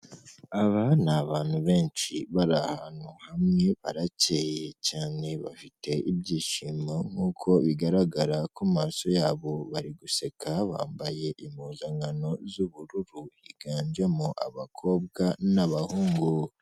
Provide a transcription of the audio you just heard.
Aba ni abantu benshi, bari ahantu hamwe, barakeye cyane, bafite ibyishimo, nk'uko bigaragara ku maso yabo, bari guseka, bambaye impuzankano z'ubururu, higanjemo abakobwa n'abahungu.